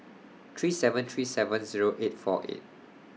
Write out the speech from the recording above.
three seven three seven Zero eight four eight